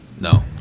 No